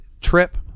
Trip